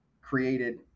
created